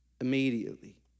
immediately